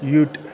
ute